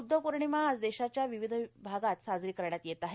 ब्द्व पौर्णिमा आज देशाच्या विविध आगात साजरी करण्यात येत आहे